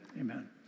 Amen